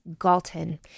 Galton